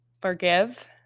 forgive